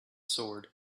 sword